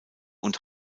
und